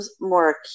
more